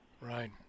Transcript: Right